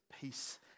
peace